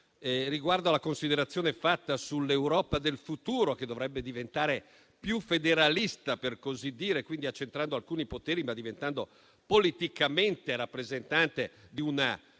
Riguardo alla considerazione fatta sull'Europa del futuro, che dovrebbe diventare più federalista - per così dire - accentrando alcuni poteri, ma diventando politicamente rappresentante di una